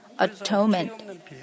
atonement